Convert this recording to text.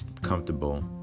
comfortable